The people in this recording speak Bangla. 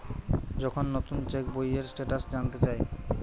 যখন নুতন চেক বইয়ের স্টেটাস জানতে চায়